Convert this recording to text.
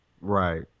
Right